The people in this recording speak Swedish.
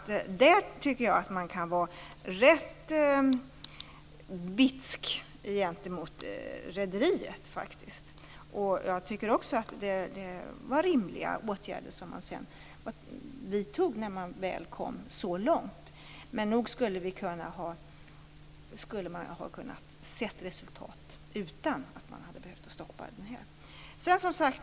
Där tycker jag att man kan vara rätt bitsk gentemot rederiet. Jag tycker också att det var rimliga åtgärder som man sedan vidtog när man väl kom så långt. Men nog skulle man kunnat ha sett resultat utan att man behövt stoppa fartygen.